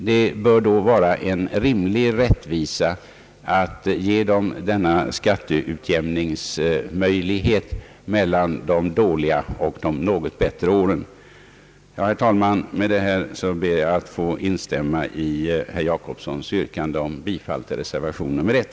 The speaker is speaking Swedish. Det bör då vara en rimlig rättvisa att ge dem denna möjlighet till skatteutjämning mellan de dåliga och de något bättre åren. Herr talman! Med detta ber jag att få instämma i herr Jacobssons yrkande om bifall till reservation nr 1.